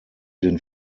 den